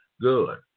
Good